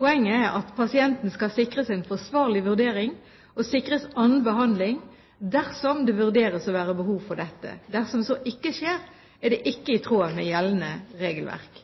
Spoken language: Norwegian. Poenget er at pasienten skal sikres en forsvarlig vurdering og sikres annen behandling dersom det vurderes å være behov for dette. Dersom så ikke skjer, er det ikke i tråd med gjeldende regelverk.